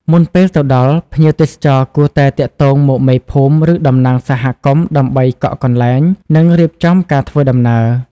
មុនពេលទៅដល់ ភ្ញៀវទេសចរគួរតែទាក់ទងមក មេភូមិ ឬតំណាងសហគមន៍ដើម្បីកក់កន្លែង និងរៀបចំការធ្វើដំណើរ។